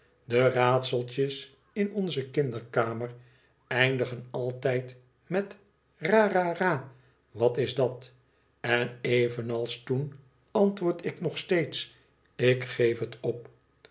de raadseltjes in onze kinderkamer eindigen altijd met rai rai wat is dat en evenals toen antwoord ik nog ik geef het op